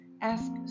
Ask